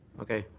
okay.